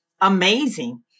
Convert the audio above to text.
amazing